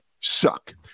suck